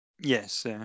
yes